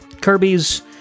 Kirby's